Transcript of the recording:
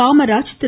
Kamaraj Thiru